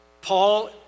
Paul